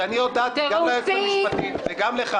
שאני הודעתי גם ליועצת המשפטית וגם לך